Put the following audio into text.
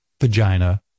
vagina